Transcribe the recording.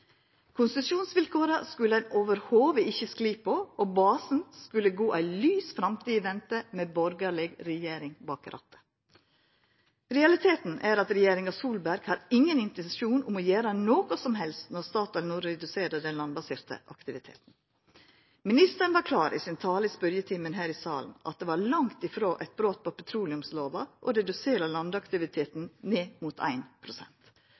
Konsesjonsvilkåra skulle ein ikkje i det heile skli på, og basen skulle gå ei lys framtid i vente med ei borgarleg regjering bak rattet. Realiteten er at regjeringa Solberg har ingen intensjon om å gjera noko som helst når Statoil no reduserer den landbaserte aktiviteten. Ministeren var klar i sin tale i spørjetimen her i salen på at det var langt ifrå eit brot på petroleumslova å redusera landaktiviteten ned mot